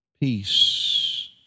peace